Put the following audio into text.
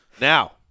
Now